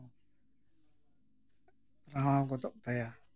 ᱨᱟᱶᱟᱣ ᱜᱚᱫᱚᱜ ᱛᱟᱭᱟ